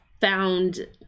found